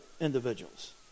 individuals